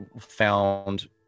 found